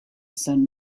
sun